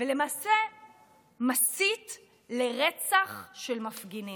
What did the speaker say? ולמעשה מסית לרצח של מפגינים.